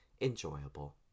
enjoyable